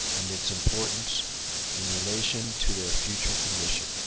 and its importance in relation to their future condition.